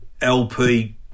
LP